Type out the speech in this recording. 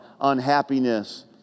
unhappiness